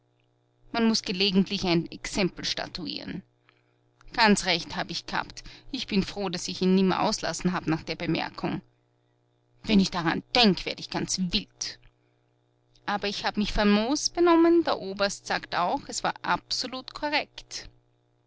man muß gelegentlich ein exempel statuieren ganz recht hab ich g'habt ich bin froh daß ich ihn nimmer auslassen hab nach der bemerkung wenn ich dran denk werd ich ganz wild aber ich hab mich famos benommen der oberst sagt auch es war absolut korrekt